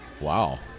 Wow